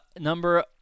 number